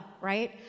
Right